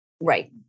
Right